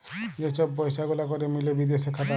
যে ছব পইসা গুলা ক্যরে মিলে বিদেশে খাতায়